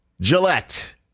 Gillette